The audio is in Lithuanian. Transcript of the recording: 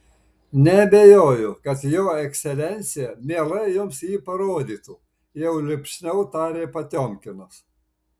neabejoju kad jo ekscelencija mielai jums jį parodytų jau lipšniau tarė potiomkinas